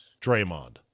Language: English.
Draymond